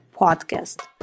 podcast